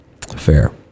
Fair